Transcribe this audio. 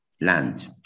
land